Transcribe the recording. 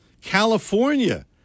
California